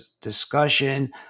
discussion